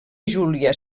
júlia